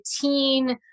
teen